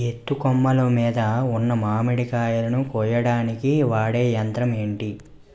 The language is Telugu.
ఎత్తు కొమ్మలు మీద ఉన్న మామిడికాయలును కోయడానికి వాడే యంత్రం ఎంటి?